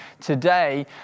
today